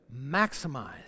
maximize